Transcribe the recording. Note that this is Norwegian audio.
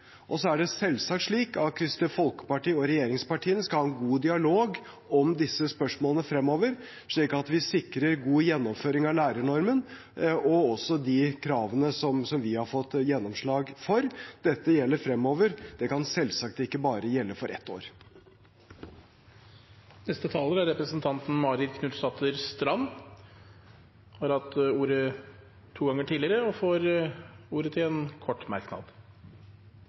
og så skulle vi gått tilbake på det. Når vi har inngått en avtale som innbefatter både lærernorm, opptakskrav og fordypningskrav, gjelder det fremover. Og det er selvsagt slik at Kristelig Folkeparti og regjeringspartiene skal ha en god dialog om disse spørsmålene fremover, slik at vi sikrer god gjennomføring av lærernormen og de kravene vi har fått gjennomslag for. Dette gjelder fremover, det kan selvsagt ikke gjelde for bare ett år. Representanten Marit Knutsdatter Strand har hatt ordet to ganger